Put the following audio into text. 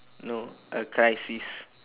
no a crisis